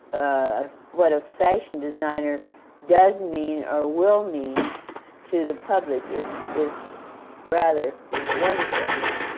ah what a fashion designer does mean or will mean to the public is is rather wonderful in that.